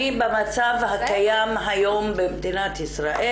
אני במצב הקיים היום במדינת ישראל,